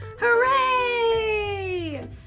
Hooray